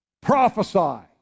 Prophesy